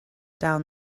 down